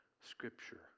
Scripture